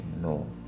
No